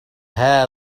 هذا